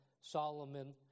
Solomon